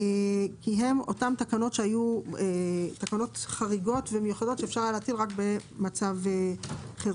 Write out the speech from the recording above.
הן אותן תקנות חריגות ומיוחדות שאפשר היה להטיל רק במצב חירום.